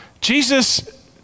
Jesus